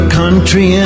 country